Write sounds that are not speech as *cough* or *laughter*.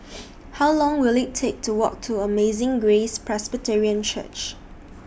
*noise* How Long Will IT Take to Walk to Amazing Grace Presbyterian Church